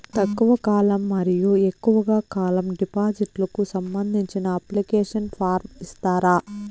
తక్కువ కాలం మరియు ఎక్కువగా కాలం డిపాజిట్లు కు సంబంధించిన అప్లికేషన్ ఫార్మ్ ఇస్తారా?